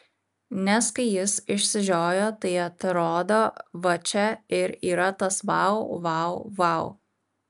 nes kai jis išsižiojo tai atrodo va čia ir yra tas vau vau vau